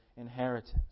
inheritance